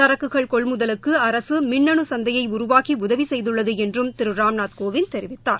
சரக்குகள் கொள்முதலுக்கு அரசு மின்னணு சந்தையை உருவாக்கி உதவி செய்துள்ளது என்றும் திரு ராம்நாத் கோவிந்த் தெரிவித்தார்